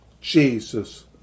Jesus